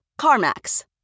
CarMax